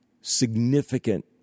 significant